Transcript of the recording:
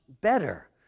better